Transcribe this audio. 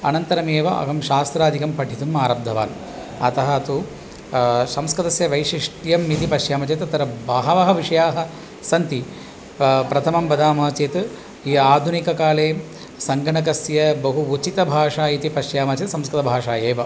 अनन्तरमेव अहं शास्त्रादिकं पठितुम् आरब्धवान् अतः तु संस्कृतस्य वैशिष्ट्यम् इति पश्यामः चेत् तत्र बहवः विषयाः सन्ति प्रथमं वदामः चेत् य आधुनिककाले सङ्गणकस्य बहु उचितभाषा इति पश्यामः चेत् संस्कृतभाषा एव